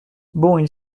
bon